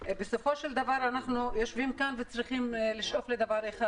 בסופו של דבר אנחנו יושבים כאן וצריכים לשאוף לדבר אחד: